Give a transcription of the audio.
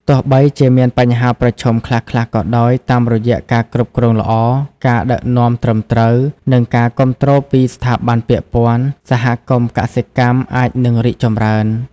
ទោះបីជាមានបញ្ហាប្រឈមខ្លះៗក៏ដោយ តាមរយៈការគ្រប់គ្រងល្អ ការដឹកនាំត្រឹមត្រូវ និងការគាំទ្រពីស្ថាប័នពាក់ព័ន្ធ សហគមន៍កសិកម្មអាចនឹងរីកចម្រើន។